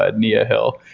ah nia hill,